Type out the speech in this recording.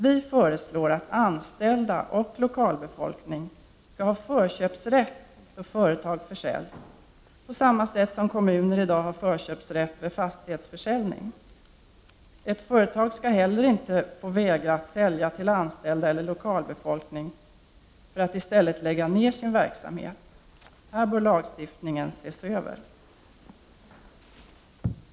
Vi föreslår att anställda och lokalbefolkning skall ha förköpsrätt då företag försäljs, på samma sätt som kommuner i dag har förköpsrätt vid fastighetsförsäljning. Ett företag skall heller inte få vägra att sälja till anställda eller lokalbefolkning för att i stället lägga ner sin verksamhet. Lagstiftningen bör ses över på den här punkten.